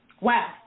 Wow